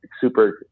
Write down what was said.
super